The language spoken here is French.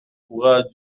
courage